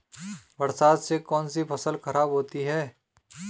बरसात से कौन सी फसल खराब होती है?